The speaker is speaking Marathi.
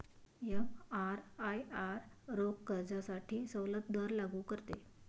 एमआरआयआर रोख कर्जासाठी सवलत दर लागू करते